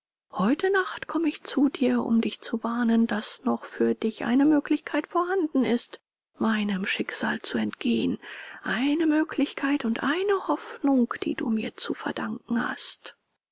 heute nacht komme ich zu dir um dich zu warnen daß noch für dich eine möglichkeit vorhanden ist meinem schicksal zu entgehen eine möglichkeit und eine hoffnung die du mir zu verdanken hast